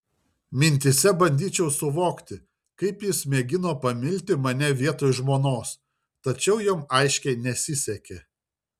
mintyse bandyčiau suvokti kaip jis mėgino pamilti mane vietoj žmonos tačiau jam aiškiai nesisekė